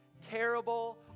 terrible